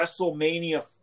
WrestleMania